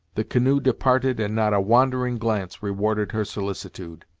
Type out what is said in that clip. the canoe departed and not a wandering glance rewarded her solicitude.